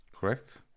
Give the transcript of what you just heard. Correct